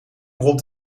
rond